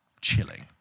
chilling